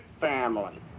family